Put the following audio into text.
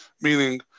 meaning